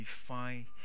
define